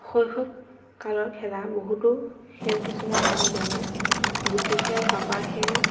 শৈশৱ কালৰ খেলা বহুতো খেল কিছুমান হ'ল যেনে গুটি খেল পাশা খেল